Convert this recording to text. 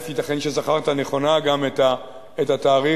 ייתכן שזכרת נכונה גם את התאריך,